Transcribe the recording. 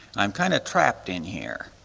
i'm kind of trapped in here.